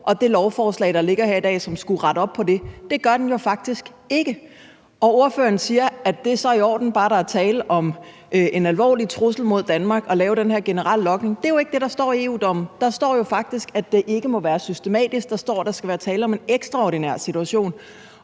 og det lovforslag, der ligger her i dag, retter faktisk ikke op på det, som det skulle rette op på. Ordføreren siger så, at det er i orden, bare der er tale om en alvorlig trussel mod Danmark, at lave den her generelle logning. Det er jo ikke det, der står i EU-dommen; der står jo faktisk, at det ikke må være systematisk, og at der skal være tale om en ekstraordinær situation.